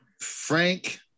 Frank